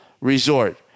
resort